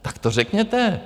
Tak to řekněte.